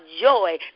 joy